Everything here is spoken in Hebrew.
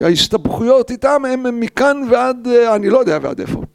ההסתבכויות איתם הם מכאן ועד אני לא יודע ועד איפה